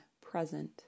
present